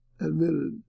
admitted